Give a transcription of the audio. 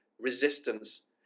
resistance